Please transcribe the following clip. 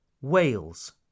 Wales